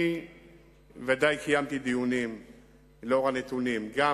אני ודאי קיימתי דיונים בעקבות הנתונים, גם